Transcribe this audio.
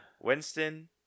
Winston